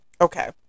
okay